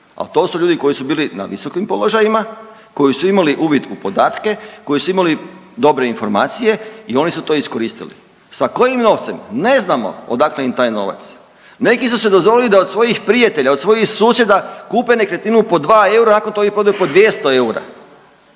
al to su ljudi koji su bili na visokim položajima, koji su imali uvid u podatke, koji su imali dobre informacije i oni su to iskoristili, sa kojim novcem, ne znamo odakle im taj novac. Neki su si dozvolili da od svojih prijatelja, od svojih susjeda kupe nekretninu po 2 eura, nakon toga ih prodaju po 200 eura